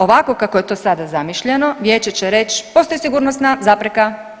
Ovako kako je to sada zamišljeno vijeće će reć postoji sigurnosna zapreka.